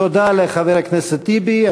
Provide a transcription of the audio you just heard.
תודה לחבר הכנסת טיבי.